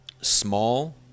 Small